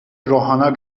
روحانا